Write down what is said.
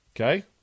Okay